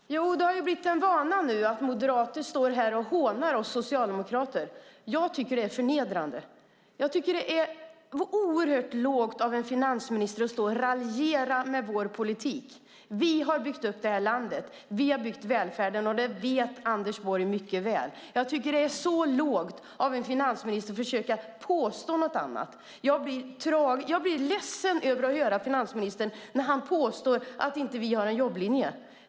Fru talman! Det har blivit en vana nu att moderater står här och hånar oss socialdemokrater. Jag tycker att det är förnedrande. Jag tycker att det är oerhört lågt av en finansminister att stå och raljera med vår politik. Vi har byggt upp detta land. Vi har byggt välfärden. Och det vet Anders Borg mycket väl. Jag tycker att det är så lågt av en finansminister att försöka påstå något annat. Jag blir ledsen över att höra finansministern när han påstår att vi inte har en jobblinje.